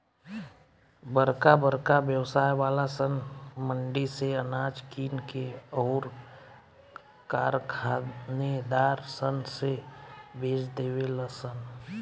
बरका बरका व्यवसाय वाला सन मंडी से अनाज किन के अउर कारखानेदार सन से बेच देवे लन सन